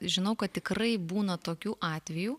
žinau kad tikrai būna tokių atvejų